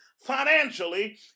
financially